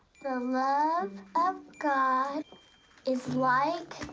love of god is like